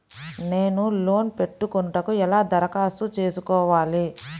నేను లోన్ పెట్టుకొనుటకు ఎలా దరఖాస్తు చేసుకోవాలి?